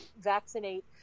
vaccinate